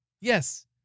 Yes